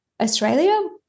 Australia